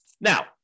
Now